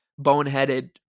boneheaded